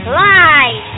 live